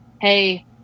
hey